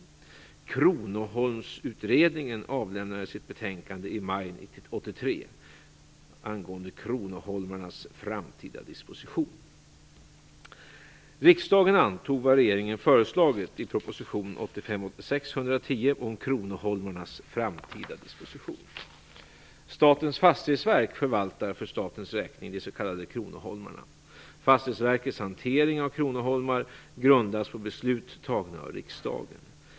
Kronoholmsutredningen avlämnade sitt betänkande i maj Statens fastighetsverk förvaltar för statens räkning de s.k. kronoholmarna. Fastighetsverkets hantering av kronoholmar grundas på beslut tagna av riksdagen.